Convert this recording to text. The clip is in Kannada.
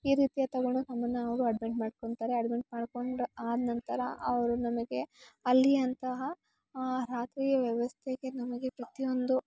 ಈ ರೀತಿಯಾಗಿ ತಗೊಂಡೋಗಿ ನಮ್ಮನ್ನು ಅವರು ಅಡ್ಮೆಂಟ್ ಮಾಡ್ಕೊತಾರೆ ಅಡ್ಮೆಂಟ್ ಮಾಡ್ಕೊಂಡು ಆದ ನಂತರ ಅವರು ನಮಗೆ ಅಲ್ಲಿ ಅಂತಹ ರಾತ್ರಿಯ ವ್ಯವಸ್ಥೆಗೆ ನಮಗೆ ಪ್ರತಿಯೊಂದು